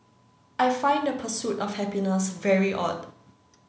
I find the pursuit of happiness very odd